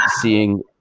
seeing